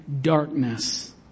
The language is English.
darkness